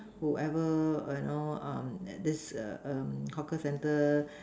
whoever you know um and this err um hawker centre